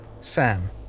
Sam